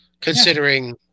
considering